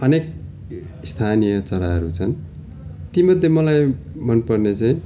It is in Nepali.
अनेक स्थानीय चराहरू छन् ती मध्येमा मलाई मन पर्ने चाहिँ